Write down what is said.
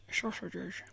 Sausages